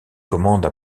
commandes